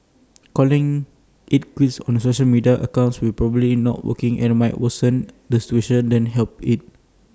calling IT quits on your social media accounts will probably not work and might worsen the situation than help IT